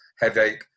headache